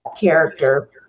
character